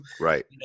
right